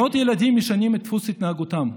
מאות ילדים משנים את דפוס התנהגותם.